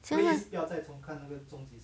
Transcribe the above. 现在